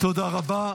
תודה רבה.